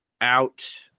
out